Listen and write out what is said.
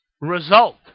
result